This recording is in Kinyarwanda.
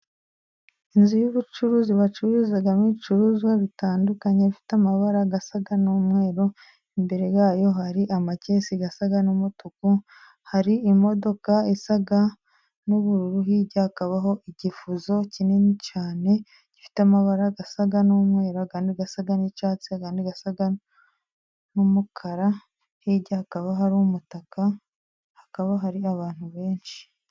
Inzu y'ubucuruzi, bacuruzamo ibicuruzwa bitandukanye bifite amabara asa n'umweru, imbere yayo hari amakesi asa n'umutuku, hari imodoka isa n'ubururu, hirya hakabaho igifuso kinini cyane gifite amabara asa n'umweru, ay'andi asa n'icyatsi ayandi asa n'umukara, hirya hakaba hari umutaka hakaba hari abantu benshi.